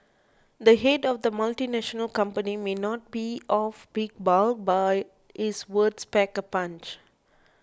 the head of the multinational company may not be of big bulk but is words pack a punch